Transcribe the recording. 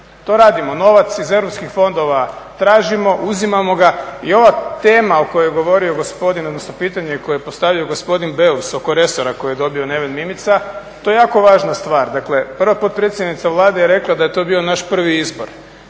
To radimo. Novac iz europskih fondova tražimo, uzimamo ga. I ova tema o kojoj je govorio gospodin, odnosno pitanje koje je postavio gospodin Beus oko resora koji je dobio Neven Mimica, to je jako važna stvar. Dakle, prva potpredsjednica Vlade je rekla da je to bio naš prvi izbor,